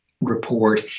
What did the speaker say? report